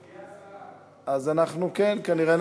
אחריה, חברת הכנסת